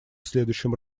следующем